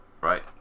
Right